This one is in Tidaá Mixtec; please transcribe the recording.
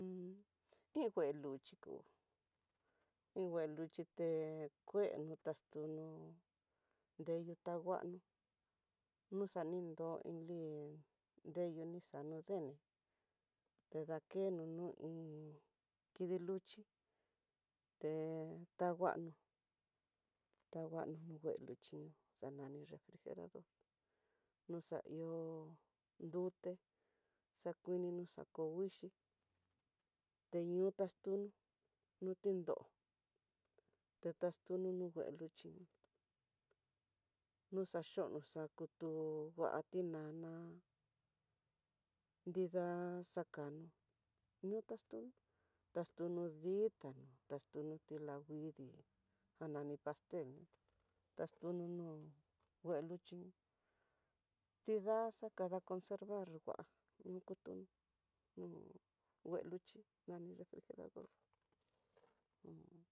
Un iin ngue luchi ku ni ngueluchi té, kue nux taxtuno nreyu tanguano noxa ninró indii nreyu nixayu denne, te dakeno no iin kidii luchi té tanguano, taguano no ngue luxhi xanani refrijerador noxahió nrute xakuinino, xa ko nguixhi teñu taxtuno nutindo te taxtunio no ngue luxhi nó, noxaxhuno xakutu ngua tinana nrida xakano no taxtunó, taxtuno ditano taxtuno languidii anani pastel, taxtuno nu nguelucho nida xakada conservar ngua kutuno no ngue luxhi nani refrijerador.